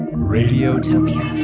radiotopia.